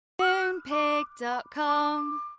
Moonpig.com